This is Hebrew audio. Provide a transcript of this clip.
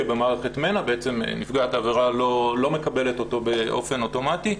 במערכת מנע ונפגעת העבירה לא מקבלת את המידע באופן אוטומטי.